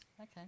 Okay